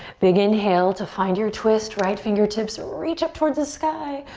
big inhale to find your twist. right fingertips reach up towards the sky.